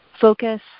focus